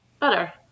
Better